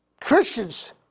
Christians